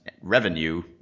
revenue